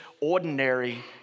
ordinary